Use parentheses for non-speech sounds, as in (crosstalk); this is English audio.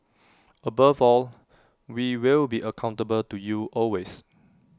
(noise) above all we will be accountable to you always